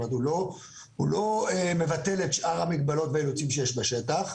הוא לא מבטל את שאר המגבלות והאילוצים שיש בשטח.